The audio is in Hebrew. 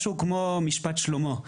משהו כמו משפט שלמה.